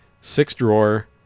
six-drawer